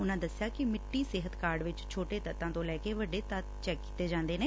ਉਨੂਂ ਦਸਿਆ ਕਿ ਸਿੱਟੀ ਸਿਹਤ ਕਾਰਡ ਵਿਚ ਛੋਟੇ ਤੱਤਾਂ ਤੋਂ ਲੈ ਕੇ ਵੱਡੇ ਤੱਤ ਚੈੱਕ ਕੀਤੇ ਜਾਂਦੇ ਨੇ